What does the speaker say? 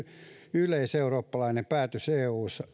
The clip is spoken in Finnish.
yleiseurooppalainen päätös eu